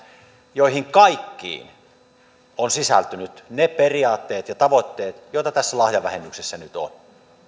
joihin kaikkiin ovat sisältyneet ne periaatteet ja tavoitteet joita tässä lahjavähennyksessä nyt on